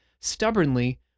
stubbornly